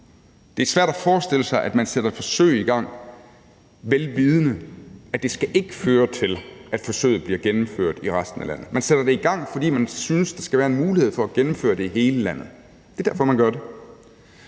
Det er svært at forestille sig, at man sætter forsøg i gang, vel vidende at det ikke skal føre til, at forsøget bliver gennemført i resten af landet. Man sætter det i gang, fordi man synes, at der skal være en mulighed for at gennemføre det i hele landet; det er derfor, man gør det.